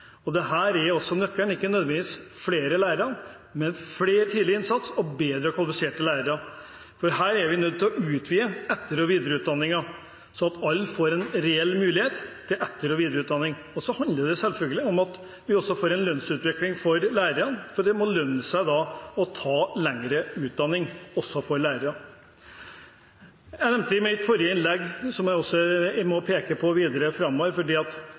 og mer tidlig innsats. Dette er også nøkkelen – ikke nødvendigvis flere lærere, men mer tidlig innsats og bedre kvalifiserte lærere. Her er vi nødt til å utvide etter- og videreutdanningen, slik at alle får en reell mulighet til etter- og videreutdanning. Og det handler selvfølgelig om at vi får en lønnsutvikling for lærerne, for det må lønne seg å ta lengre utdanning også for lærere. Jeg nevnte i mitt forrige innlegg, som jeg må peke på videre framover, at det også handler om at